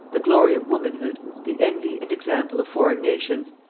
the glory of womanhood, the envy and example of foreign nations,